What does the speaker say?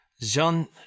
Jean